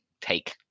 Take